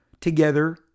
together